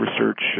research